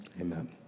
Amen